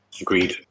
agreed